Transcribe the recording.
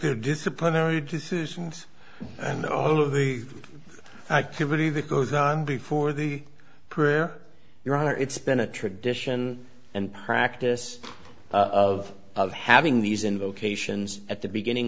their disciplinary decisions and all of the activity that goes on before the prayer your honor it's been a tradition and practice of of having these in locations at the beginning